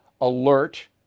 alert